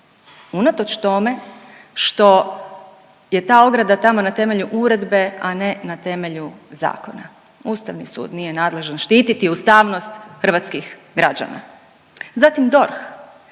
unatoč tome što je ta ograda tamo na temelju uredbe, a ne na temelju zakona. Ustavni sud nije nadležan štititi ustavnost hrvatskih građana. Zatim DORH.